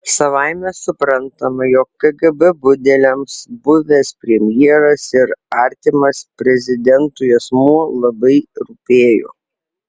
savaime suprantama jog kgb budeliams buvęs premjeras ir artimas prezidentui asmuo labai rūpėjo